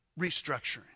restructuring